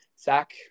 Zach